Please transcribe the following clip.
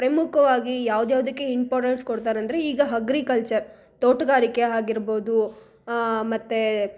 ಪ್ರಮುಖವಾಗಿ ಯಾವ್ದು ಯಾವುದಕ್ಕೆ ಇಂಪೊರ್ಟೆನ್ಸ್ ಕೊಡ್ತಾರಂದರೆ ಈಗ ಹಗ್ರಿಕಲ್ಚರ್ ತೋಟಗಾರಿಕೆ ಆಗಿರ್ಬೋದು ಮತ್ತು